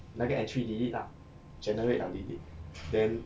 那个 entry delete lah generate liao delete then